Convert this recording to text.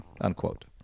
Unquote